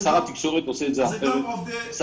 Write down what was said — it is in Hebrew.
זה גם עובדי --- אנחנו לא עושים את זה ככה,